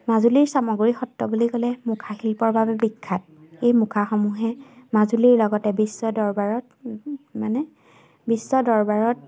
মাজুলীৰ চামগুৰি সত্ৰ বুলি ক'লে মুখাশিল্পৰ বাবে বিখ্যাত এই মুখাসমূহে মাজুলীৰ লগতে বিশ্ব দৰবাৰত মানে বিশ্ব দৰবাৰত